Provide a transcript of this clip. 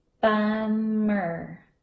bummer